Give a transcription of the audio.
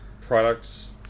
products